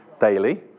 Daily